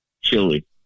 chili